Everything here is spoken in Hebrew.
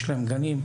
יש להם גנים,